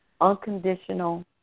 unconditional